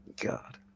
God